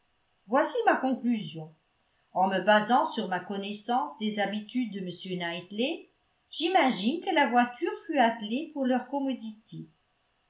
voici ma conclusion en me basant sur ma connaissance des habitudes de m knightley j'imagine que la voiture fut attelée pour leur commodité